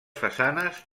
façanes